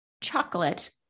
chocolate